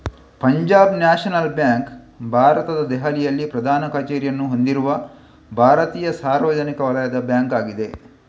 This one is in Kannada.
ಪಂಜಾಬ್ ನ್ಯಾಷನಲ್ ಬ್ಯಾಂಕ್ ಭಾರತದ ದೆಹಲಿಯಲ್ಲಿ ಪ್ರಧಾನ ಕಚೇರಿಯನ್ನು ಹೊಂದಿರುವ ಭಾರತೀಯ ಸಾರ್ವಜನಿಕ ವಲಯದ ಬ್ಯಾಂಕ್ ಆಗಿದೆ